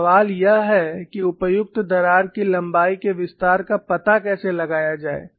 तो सवाल यह है कि उपयुक्त दरार की लंबाई के विस्तार का पता कैसे लगाया जाए